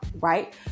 right